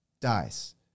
dies